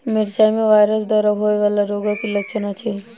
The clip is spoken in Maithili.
मिरचाई मे वायरस द्वारा होइ वला रोगक की लक्षण अछि?